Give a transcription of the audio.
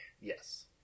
Yes